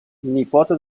nipote